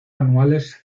anuales